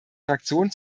fraktion